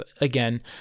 Again